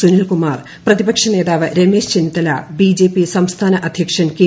സുനിൽ കുമാർ പ്രതിപക്ഷ നേതാവ് രമേശ് ചെന്നിത്തല ബിജെപി സംസ്ഥാന അധ്യക്ഷൻ കെ